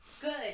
Good